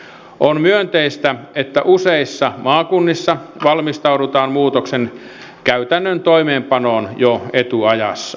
on myönteistä että useissa maakunnissa valmistaudutaan muutoksen käytännön toimeenpanoon jo etuajassa